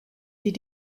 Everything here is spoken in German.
die